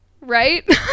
Right